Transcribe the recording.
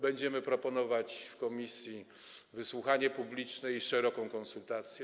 Będziemy proponować w komisji wysłuchanie publiczne i szeroką konsultację.